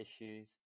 issues